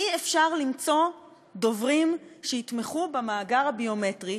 אי-אפשר למצוא דוברים שיתמכו במאגר הביומטרי,